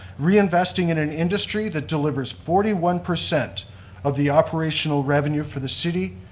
reinvesting in an industry that delivers forty one percent of the operational revenue for the city,